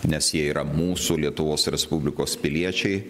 nes jie yra mūsų lietuvos respublikos piliečiai